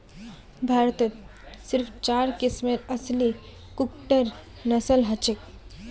भारतत सिर्फ चार किस्मेर असली कुक्कटेर नस्ल हछेक